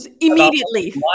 immediately